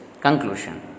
Conclusion